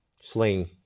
Sling